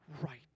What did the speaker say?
right